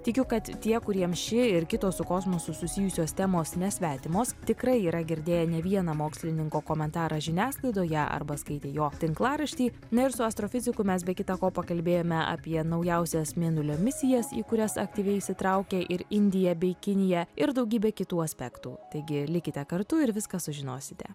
tikiu kad tie kuriems ši ir kitos su kosmosu susijusios temos nesvetimos tikrai yra girdėję ne vieną mokslininko komentarą žiniasklaidoje arba skaitę jog tinklaraštį na ir su astrofiziku mes be kita ko pakalbėjome apie naujausias mėnulio misijas į kurias aktyviai įsitraukė ir indija bei kinija ir daugybę kitų aspektų taigi likite kartu ir viską sužinosite